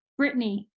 Britney